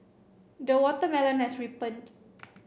the watermelon has ripened